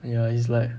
ya he's like